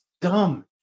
dumb